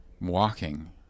walking